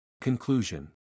Conclusion